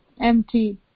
empty